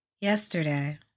yesterday